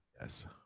Yes